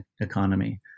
economy